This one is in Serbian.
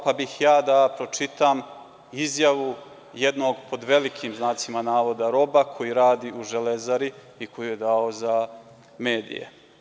Pa, bih ja da pročitam izjavu jednog, pod velikim znacima navoda, „roba“, koji radi u „Železari“ i koji je dao za medije.